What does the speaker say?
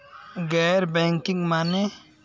गैर बैंकिंग माने?